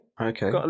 Okay